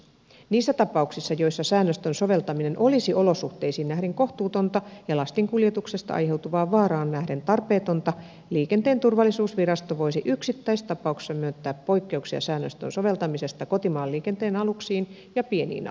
niissä tapauksissa joissa säännöstön soveltaminen olisi olosuhteisiin nähden kohtuutonta ja lastin kuljetuksesta aiheutuvaan vaaraan nähden tarpeetonta liikenteen turvallisuusvirasto voisi yksittäistapauksissa myöntää poikkeuksia säännöstön soveltamisesta kotimaan liikenteen aluksiin ja pieniin aluksiin